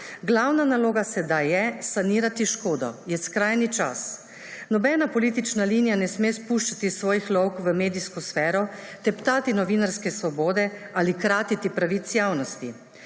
Glavna naloga sedaj je sanirati škodo, je skrajni čas. Nobena politična linija ne sme spuščati svojih lovk v medijsko sfero, teptati novinarske svobode ali kratiti pravic javnosti.